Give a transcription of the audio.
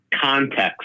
context